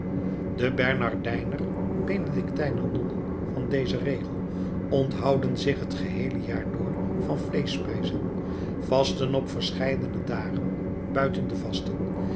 de bernardijner benedictijner nonnen van dezen regel onthouden zich het geheele jaar door van vleeschspijzen vasten op verscheidene dagen buiten de vasten